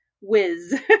whiz